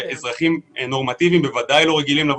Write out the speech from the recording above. ואזרחים נורמטיביים בוודאי לא רגילים לבוא